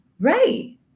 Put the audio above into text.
right